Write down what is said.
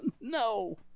No